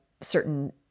certain